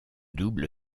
double